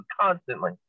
constantly